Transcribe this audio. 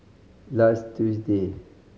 last Tuesday